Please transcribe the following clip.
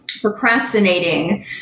procrastinating